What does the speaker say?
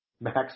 Max